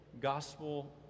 gospel